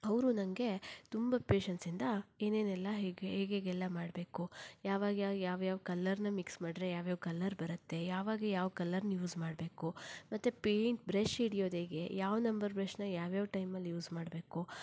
ಅವರು ನನಗೆ ತುಂಬ ಪೇಷನ್ಸಿಂದ ಏನೇನೆಲ್ಲ ಹೇಗೆ ಹೇಗೆಗೆಲ್ಲ ಮಾಡಬೇಕು ಯಾವಾಗ ಯಾ ಯಾವ್ಯಾವ ಕಲರನ್ನು ಮಿಕ್ಸ್ ಮಾಡಿದರೆ ಯಾವ್ಯಾವ ಕಲರ್ ಬರತ್ತೆ ಯಾವಾಗ ಯಾವ ಕಲರನ್ನು ಯೂಸ್ ಮಾಡಬೇಕು ಮತ್ತು ಪೈಂಟ್ ಬ್ರಷ್ ಹಿಡಿಯೋದೇಗೆ ಯಾವ ನಂಬರ್ನ ಬ್ರಷ್ಷನ್ನು ಯಾವ್ಯಾವ ಟೈಮಲ್ಲಿ ಯೂಸ್ ಮಾಡಬೇಕು